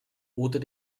oder